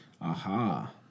Aha